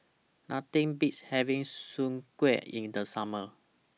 Nothing Beats having Soon Kueh in The Summer